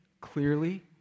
clearly